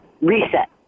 reset